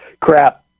Crap